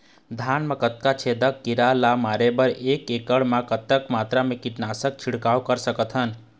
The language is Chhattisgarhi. धान मा कतना छेदक कीरा ला मारे बर एक एकड़ खेत मा कतक मात्रा मा कीट नासक के छिड़काव कर सकथन?